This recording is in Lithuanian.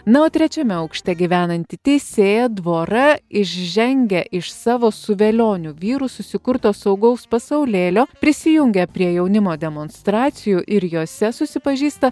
na o trečiame aukšte gyvenantį teisėja dvora išžengia iš savo su velioniu vyru susikurto saugaus pasaulėlio prisijungia prie jaunimo demonstracijų ir jose susipažįsta